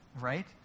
right